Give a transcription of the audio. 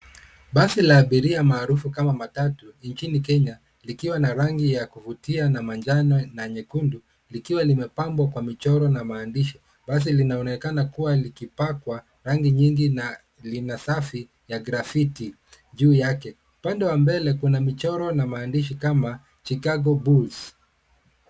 Basi la abiria maarufu kama matatu, nchini Kenya likiwa na rangi ya kuvutia, na manjano na nyekundu, likiwa limepambwa kwa michoro na maandishi, Basi linaonekana kuwa likipakwa rangi nyingi na lina safi ya graffiti juu yake .Upande wa mbele kuna michoro na maandishi kama Chicago bulls,